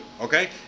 okay